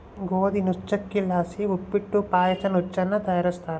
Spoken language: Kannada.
ಗೋದಿ ನುಚ್ಚಕ್ಕಿಲಾಸಿ ಉಪ್ಪಿಟ್ಟು ಪಾಯಸ ನುಚ್ಚನ್ನ ತಯಾರಿಸ್ತಾರ